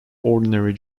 ordinary